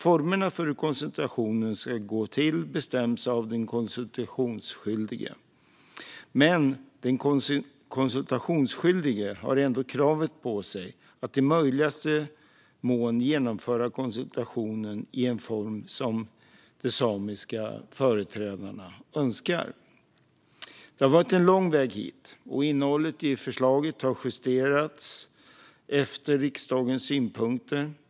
Formerna för hur konsultationen ska gå till bestäms av den konsultationsskyldige. Men den konsultationsskyldige har ändå kravet på sig att i möjligaste mån genomföra konsultationen i en form de samiska företrädarna önskar. Det har varit en lång väg hit, och innehållet i förslaget har justerats efter riksdagens synpunkter.